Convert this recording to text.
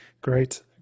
great